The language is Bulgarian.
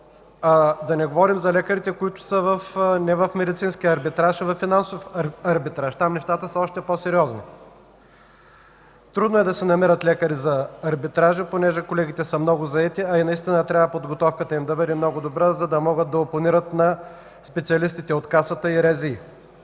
да не говорим за лекарите, които са не в медицинския арбитраж, а във финансов арбитраж. Там нещата са още по-сериозни. Трудно е да се намерят лекари за арбитражи, понеже колегите са много заети, а и наистина подготовката им трябва да бъде много добра, за да могат да опонират на специалистите от Касата и РЗИ.